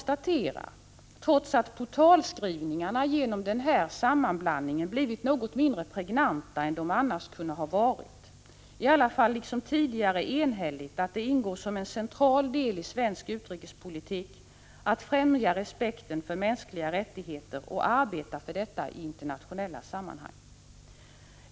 Trots att portalskrivningarna genom den nämnda sammanblandningen blivit något mindre pregnanta än de annars kunde ha varit, konstaterar utskottet i alla fall liksom tidigare enhälligt att det ingår som en central del i svensk utrikespolitik att främja respekten för mänskliga rättigheter och arbeta för detta i internationella sammanhang.